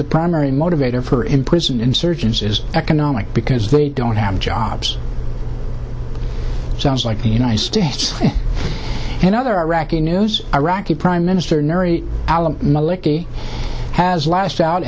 the primary motivator for imprisoned insurgents is economic because they don't have jobs sounds like the united states and other iraqi knows iraqi prime minister nuri al maliki has lashed out